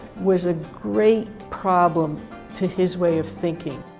was a great problem to his way of thinking.